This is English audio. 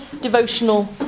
devotional